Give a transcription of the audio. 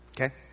Okay